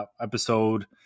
episode